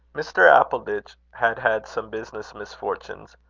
mr. appleditch had had some business-misfortunes,